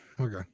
Okay